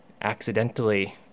accidentally